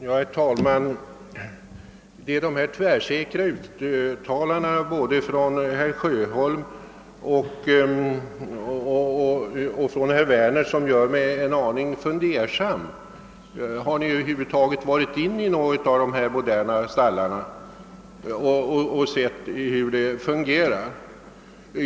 Herr talman! Det är dessa tvärsäkra uttalanden av både herr Sjöholm och herr Werner som gör mig en aning fundersam. Har ni över huvud taget varit inne i sådana här moderna stallar och sett hur de fungerar?